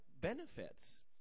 benefits